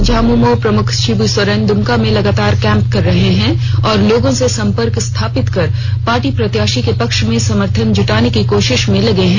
झामुमो प्रमुख शिब् सोरेन द्मका में लगातार कैंप कर रहे हैं और लोगों से संपर्क स्थापित कर पार्टी प्रत्याशी के पक्ष में समर्थन जुटाने की कोशिश में लगे हैं